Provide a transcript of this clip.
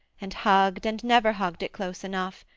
and hugged and never hugged it close enough,